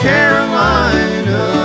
Carolina